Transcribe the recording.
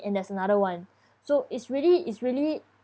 and there's another one so is really is really